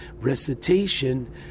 recitation